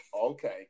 Okay